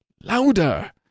Louder